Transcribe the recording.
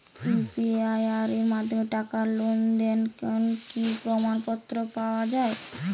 UPI এর মাধ্যমে টাকা লেনদেনের কোন কি প্রমাণপত্র পাওয়া য়ায়?